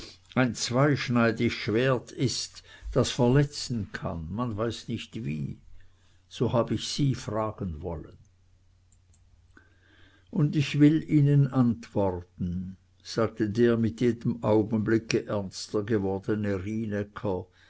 ein zweischneidig schwert ist das verletzen kann man weiß nicht wie so hab ich sie fragen wollen und ich will ihnen antworten sagte der mit jedem augenblick ernster gewordene